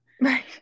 Right